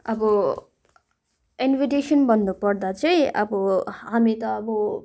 अब इन्भिटेसन् भन्नुपर्दा चाहिँ अब हामी त अब